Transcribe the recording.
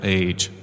age